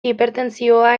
hipertentsioa